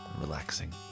relaxing